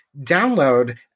download